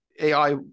AI